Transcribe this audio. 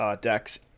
decks